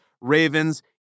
Ravens